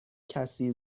کسی